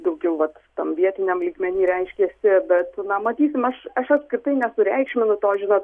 daugiau va tam vietiniam lygmeny reiškiasi bet na matysim aš aš apskritai nesureikšminu to žinot